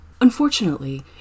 Unfortunately